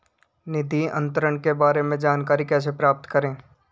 निधि अंतरण के बारे में जानकारी कैसे प्राप्त करें?